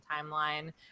timeline